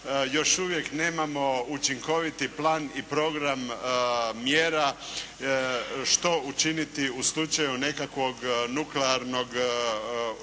još uvijek nemamo učinkoviti plan i program mjera što učiniti u slučaju nekakvog nuklearnog ili